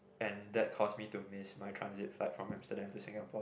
and that cost me to miss my transit flight from Amsterdam to Singapore